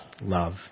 love